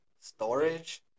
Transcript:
storage